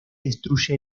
destruye